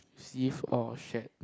received or shared